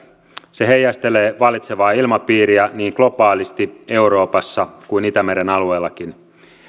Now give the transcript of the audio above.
se heijastelee vallitsevaa ilmapiiriä niin globaalisti euroopassa kuin itämeren alueellakin